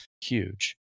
huge